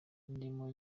ndimo